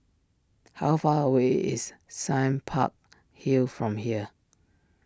how far away is Sime Park Hill from here